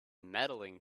medaling